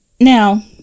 Now